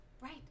Right